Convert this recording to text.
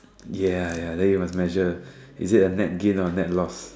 ya ya ya then you must measure is it a net gain or net loss